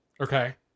Okay